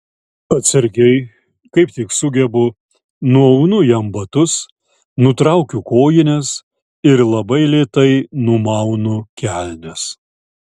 atsargiai kaip tik sugebu nuaunu jam batus nutraukiu kojines ir labai lėtai numaunu kelnes